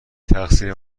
تقصیر